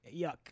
yuck